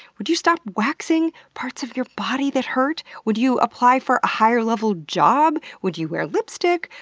would you stop waxing parts of your body that hurt? would you apply for a higher level job? would you wear lipstick?